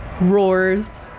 roars